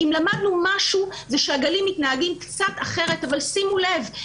אם למדנו משהו זה שהגלים מתנהגים קצת אחרת אבל שימו לב,